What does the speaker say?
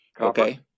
okay